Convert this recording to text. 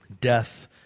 death